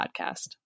podcast